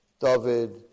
David